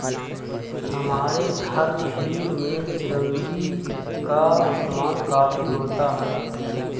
हमारे घर खीर में चिरौंजी का इस्तेमाल काफी होता है